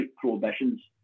prohibitions